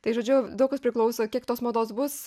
tai žodžiu daug kas priklauso kiek tos mados bus